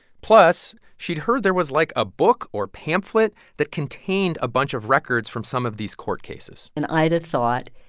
plus, she'd heard there was, like, a book or pamphlet that contained a bunch of records from some of these court cases and ida thought,